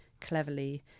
cleverly